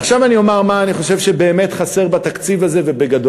ועכשיו אני אומר מה אני חושב שבאמת חסר בתקציב הזה ובגדול.